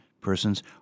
persons